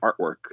artwork